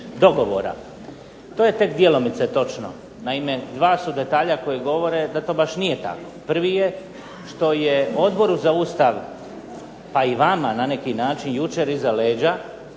dogovora. To je tek djelomice točno, naime dva su detalja koja govore da to baš nije tako. Prvi je što je Odboru za Ustav, pa i vama na neki način jučer iza leđa,